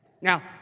Now